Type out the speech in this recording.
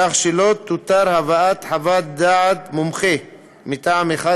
כך שלא תותר הבאת חוות-דעת מומחה מטעם אחד